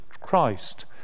Christ